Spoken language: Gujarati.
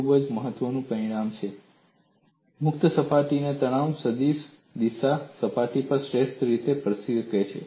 બીજું મહત્વનું પરિણામ એ છે કે મુક્ત સપાટી પર તણાવ સદીશ દિશા સપાટી પર શ્રેષ્ઠ રીતે સ્પર્શી શકે છે